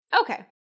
Okay